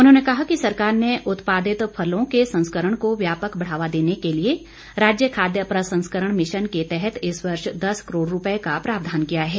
उन्होंने कहा कि सरकार ने उत्पादित फलों के संस्करण को व्यापक बढ़ावा देने के लिए राज्य खाद्य प्रसंस्करण मिशन के तहत इस वर्ष दस करोड़ रुपए का प्रावधान किया है